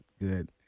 good